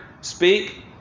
speak